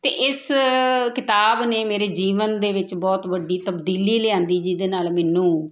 ਅਤੇ ਇਸ ਕਿਤਾਬ ਨੇ ਮੇਰੇ ਜੀਵਨ ਦੇ ਵਿੱਚ ਬਹੁਤ ਵੱਡੀ ਤਬਦੀਲੀ ਲਿਆਂਦੀ ਜਿਹਦੇ ਨਾਲ ਮੈਨੂੰ